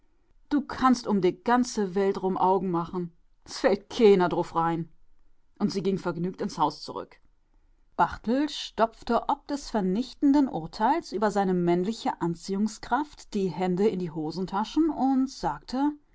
du kannst um de ganze welt rum augen machen s fällt keener druff rein und sie ging vergnügt ins haus zurück barthel stopfte ob des vernichtenden urteils über seine männliche anziehungskraft die hände in die hosentaschen und sagte